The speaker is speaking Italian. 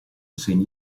segni